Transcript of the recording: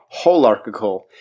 holarchical